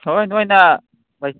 ꯍꯣꯏ ꯅꯣꯏꯅ